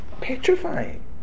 petrifying